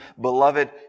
Beloved